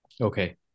Okay